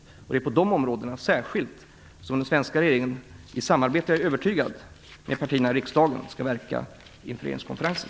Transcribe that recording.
Det är särskilt på de områdena som den svenska regeringen i samarbete med - det är jag övertygad om - partierna i riksdagen skall verka inför regeringskonferensen.